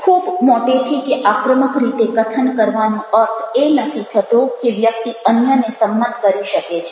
ખૂબ મોટેથી કે આક્રમક રીતે કથન કરવાનો અર્થ એ નથી થતો કે વ્યક્તિ અન્યને સંમત કરી શકે છે